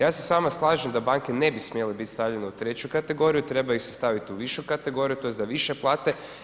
Ja se s vama slažem da banke ne bi smjele bit stavljene u treću kategoriju, treba ih se staviti u višu kategoriju tj. da više plate.